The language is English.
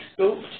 scoped